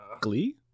glee